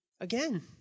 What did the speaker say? again